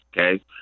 Okay